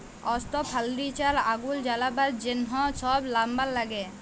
অস্ত্র, ফার্লিচার, আগুল জ্বালাবার জ্যনহ ছব লাম্বার ল্যাগে